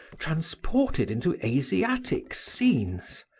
transported into asiatic scenes.